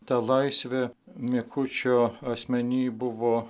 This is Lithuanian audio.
ta laisvė mikučio asmeny buvo